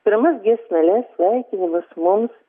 pirmas giesmeles sveikinimus mums